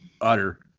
utter